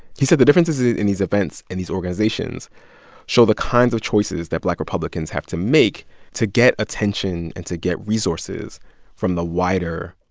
he said the differences in these events and these organizations show the kinds of choices that black republicans have to make to get attention and to get resources from the wider,